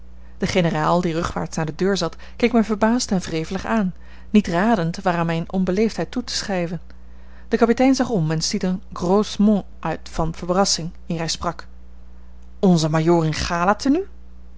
de generaal die rugwaarts naar de deur zat keek mij verbaasd en wrevelig aan niet radend waaraan mijne onbeleefdheid toe te schrijven de kapitein zag om en stiet een gros mot uit van verrassing eer hij sprak onze majoor in gala tenu